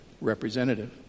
representative